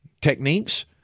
techniques